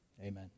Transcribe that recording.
amen